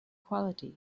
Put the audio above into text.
quality